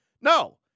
No